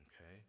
Okay